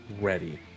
Ready